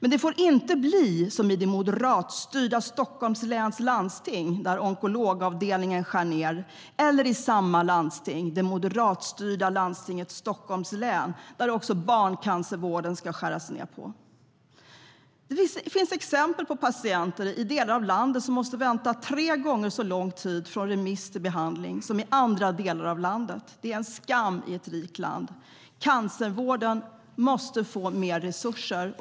Men det får inte bli som i det moderatstyrda Stockholms läns landsting där det skärs ned på både onkologavdelningar och barncancervård.I delar av landet måste patienter vänta tre gånger så länge från remiss till behandling än i andra delar av landet. Det är en skam för ett rikt land. Cancervården måste få mer resurser.